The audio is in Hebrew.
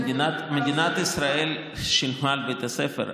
מדינת ישראל שילמה על בית הספר,